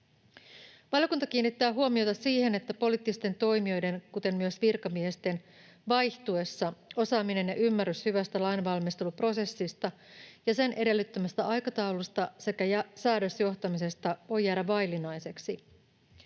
Valiokunta kiinnittää huomiota siihen, että poliittisten toimijoiden — kuten myös virkamiesten — vaihtuessa osaaminen ja ymmärrys hyvästä lainvalmisteluprosessista ja sen edellyttämästä aikataulusta sekä säädösjohtamisesta voi jäädä vaillinaiseksi.